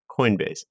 Coinbase